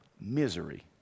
Misery